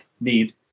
need